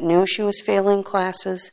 w she was failing classes